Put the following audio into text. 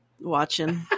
watching